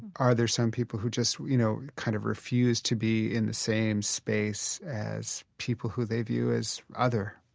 are there some people who just, you know, kind of refuse to be in the same space as people who they view as other?